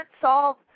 solve